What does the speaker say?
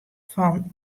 fan